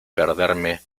perderme